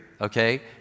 Okay